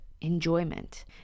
enjoyment